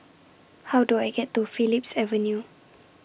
How Do I get to Phillips Avenue